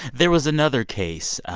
there was another case